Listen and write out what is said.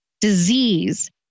disease